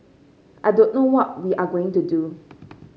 I don't know what we are going to do